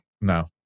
no